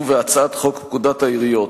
ובהצעת חוק לתיקון פקודת העיריות